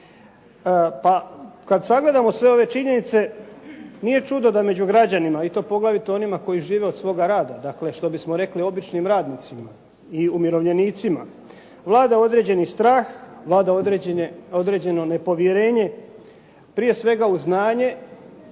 Pa kad sagledamo sve ove činjenice, nije čudo da među građanima, i to poglavito onima koji žive od svoga rada, dakle što bismo rekli običnim radnicima i umirovljenicima, vlada određeni strah, vlada određeno nepovjerenje, prije svega u znanje,